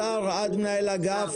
משר עד מנהל אגף.